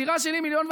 הדירה שלי 1.5 מיליון,